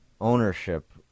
ownership